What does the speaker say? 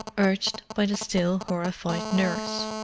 urged by the still horrified nurse.